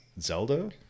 Zelda